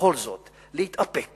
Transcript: בכל זאת להתאפק